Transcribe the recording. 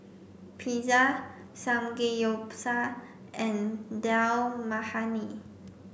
Pizza Samgeyopsal and Dal Makhani